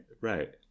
right